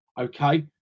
okay